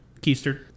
Keister